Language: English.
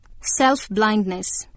Self-blindness